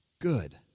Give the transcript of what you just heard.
good